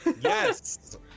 Yes